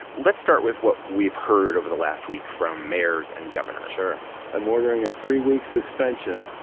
let's start with what we've heard over the last week from mayors and governors sure i'm ordering a three-week suspension.